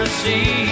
see